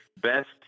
best